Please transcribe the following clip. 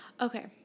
Okay